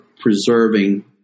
preserving